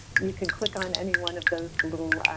you can click on any one of those little